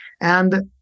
And-